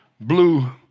blue